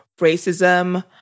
racism